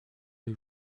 les